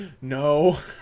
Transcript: No